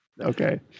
Okay